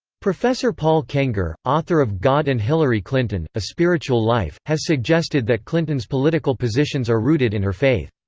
professor paul kengor, author of god and hillary clinton a spiritual life, has suggested that clinton's political positions are rooted in her faith.